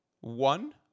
one